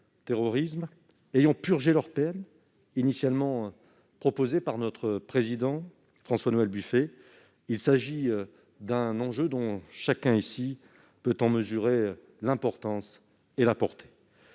terrorisme ayant purgé leur peine, initialement proposé par notre président François-Noël Buffet. Chacun ici peut mesurer l'importance et la portée